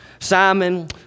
Simon